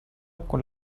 con